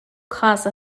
cause